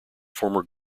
former